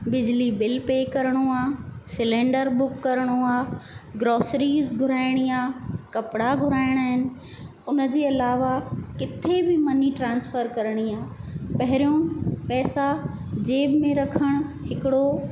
बिजली bill pay करिणो आहे सिलेंडर बुक करिणो आहे ग्रॉस्रीस घुराइणी आहे कपिड़ा घुराइणा आहिनि उनजे अलावा किथे बि मनी ट्रांस्फर करिणी आहे पहिरियों पैसा जेब में रखण हिकिड़ो